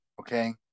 Okay